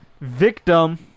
...victim